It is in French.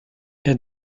est